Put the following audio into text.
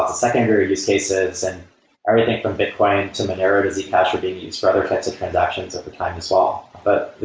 secondary use cases and everything from bitcoin to monero to zcash are being used for other types of transactions over time as well. but